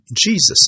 Jesus